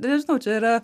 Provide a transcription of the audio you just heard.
nežinau čia yra